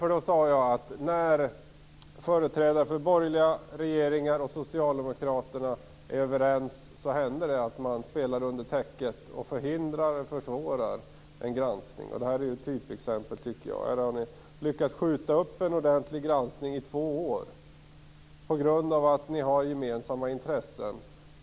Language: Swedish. Då sade jag att när företrädare för borgerliga regeringar och Socialdemokraterna är överens så händer det att de spelar under täcket och förhindrar och försvårar en granskning. Och detta tycker jag är ett typexempel. Här har ni lyckats skjuta upp en ordentlig granskning under två år på grund av att ni har gemensamma intressen.